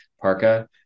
parka